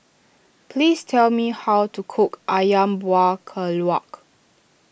please tell me how to cook Ayam Buah Keluak